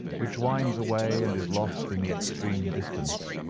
which winds away and is lost in the extreme distance.